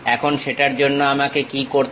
এখন সেটার জন্য আমাকে কি করতে